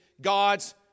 God's